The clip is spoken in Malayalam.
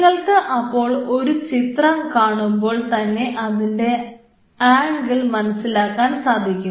നിങ്ങൾക്ക് അപ്പോൾ ഒരു ചിത്രം കാണുമ്പോൾ തന്നെ അതിൻറെ ആംഗിൾ മനസ്സിലാക്കാൻ സാധിക്കും